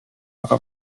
aga